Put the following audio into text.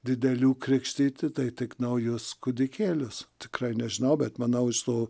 didelių krikštyti tai tik naujus kūdikėlius tikrai nežinau bet manau su